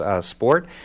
sport